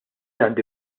għandi